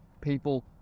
people